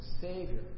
Savior